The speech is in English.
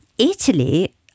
Italy